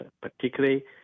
Particularly